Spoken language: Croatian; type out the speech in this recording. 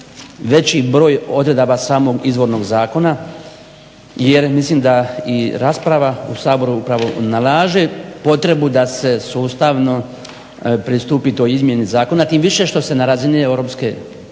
veći broj odredaba samog izvornog zakona jer mislim da i rasprava u Saboru upravo nalaže potrebu da se sustavno pristupi toj izmjeni zakona, tim više što se na razini EU